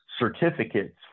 certificates